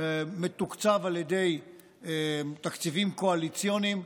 מתוקצב על ידי תקציבים קואליציוניים,